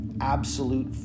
absolute